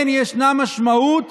כן ישנה משמעות